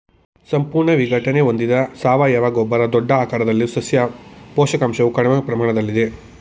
ಸಂಪೂರ್ಣ ವಿಘಟನೆ ಹೊಂದಿದ ಸಾವಯವ ಗೊಬ್ಬರ ದೊಡ್ಡ ಆಕಾರದಲ್ಲಿದ್ದು ಸಸ್ಯ ಪೋಷಕಾಂಶವು ಕಡಿಮೆ ಪ್ರಮಾಣದಲ್ಲಿದೆ